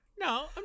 No